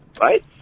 right